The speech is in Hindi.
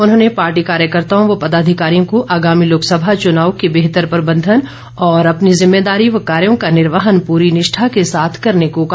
उन्होंने पार्टी कार्यकर्ताओं व पदाधिकारियों को आगामी लोकसभा चुनाव के बेहतर प्रबंधन और अपनी ज़िम्मेदारी व कार्यों का निर्वहन पूरी निष्ठा के साथ करने को कहा